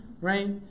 right